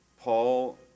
Paul